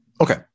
Okay